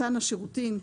21',